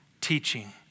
teaching